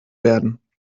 werden